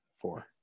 Four